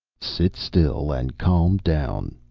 sit still and calm down.